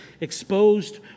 exposed